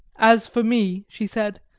as for me, she said,